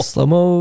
Slow-mo